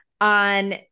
on